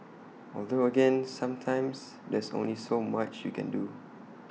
although again sometimes there's only so much you can do